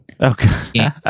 Okay